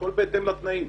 הכול בהתאם לתנאים.